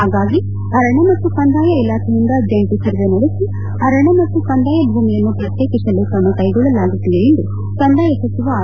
ಹಾಗಾಗಿ ಅರಣ್ಯ ಮತ್ತು ಕಂದಾಯ ಇಲಾಖೆಯಿಂದ ಜಂಟಿ ಸರ್ವೇ ನಡೆಸಿ ಅರಣ್ಯ ಮತ್ತು ಕಂದಾಯ ಭೂಮಿಯನ್ನು ಪ್ರತ್ನೇಕಿಸಲು ಕ್ರಮ ಕ್ವೆಗೊಳ್ಳಲಾಗುತ್ತಿದೆ ಎಂದು ಕಂದಾಯ ಸಚಿವ ಆರ್